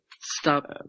Stop